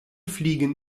fliegen